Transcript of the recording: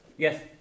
Yes